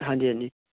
ਹਾਂਜੀ ਹਾਂਜੀ